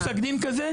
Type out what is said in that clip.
יש פסק דין כזה?